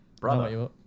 Brother